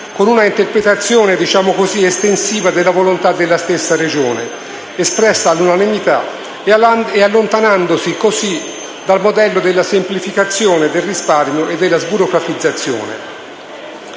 con un'interpretazione, diciamo così, estensiva della volontà della stessa Regione, espressa all'unanimità, e allontanandosi dal modello della semplificazione, del risparmio e della sburocratizzazione.